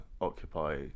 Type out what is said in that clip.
Occupy